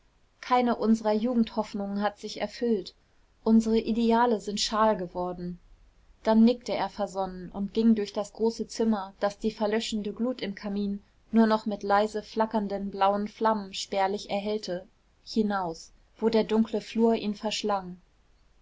keine unserer jugendhoffnungen hat sich erfüllt unsere ideale sind schal geworden dann nickte er versonnen und ging durch das große zimmer das die verlöschende glut im kamin nur noch mit leise flackernden blauen flammen spärlich erhellte hinaus wo der dunkle flur ihn verschlang